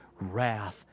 wrath